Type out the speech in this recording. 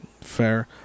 fair